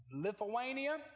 Lithuania